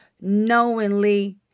knowingly